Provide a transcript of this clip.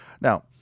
now